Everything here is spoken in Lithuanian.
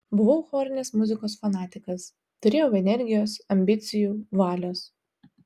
buvau chorinės muzikos fanatikas turėjau energijos ambicijų valios